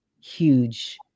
huge